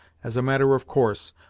as a matter of course,